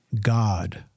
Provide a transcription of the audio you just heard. God